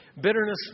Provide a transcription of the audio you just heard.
Bitterness